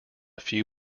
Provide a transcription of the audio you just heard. few